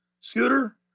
scooter